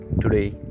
today